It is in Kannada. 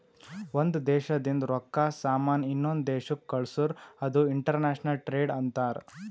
ಒಂದ್ ದೇಶದಿಂದ್ ರೊಕ್ಕಾ, ಸಾಮಾನ್ ಇನ್ನೊಂದು ದೇಶಕ್ ಕಳ್ಸುರ್ ಅದು ಇಂಟರ್ನ್ಯಾಷನಲ್ ಟ್ರೇಡ್ ಅಂತಾರ್